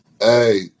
hey